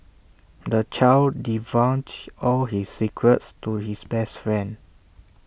the child divulged all his secrets to his best friend